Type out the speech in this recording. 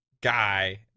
guy